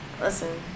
listen